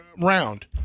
round